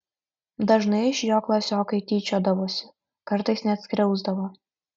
dažnai iš jo klasiokai tyčiodavosi kartais net skriausdavo